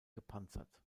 gepanzert